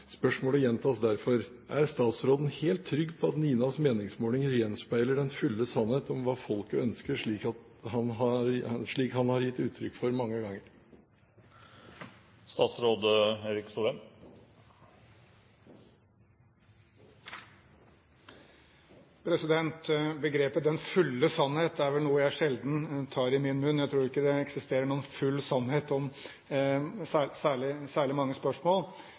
Spørsmålet gjentas derfor: Er statsråden helt trygg på at NINAs meningsmåling gjenspeiler den fulle sannhet om hva folket ønsker slik han har gitt uttrykk for mange ganger?» Begrepet «den fulle sannhet» er vel noe jeg sjelden tar i min munn. Jeg tror ikke det eksisterer noen full sannhet om særlig mange spørsmål.